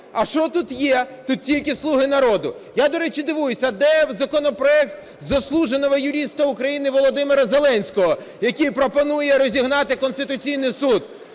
А що тут є? Тут тільки "слуги народу". Я, до речі, дивуюсь, а де законопроект "заслуженного юриста Украины" Володимира Зеленського, який пропонує розігнати Конституційний Суд,